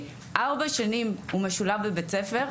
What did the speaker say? ארבע שנים הוא משולב בבית ספר,